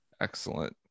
excellent